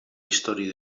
història